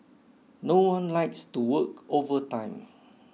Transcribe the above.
no one likes to work overtime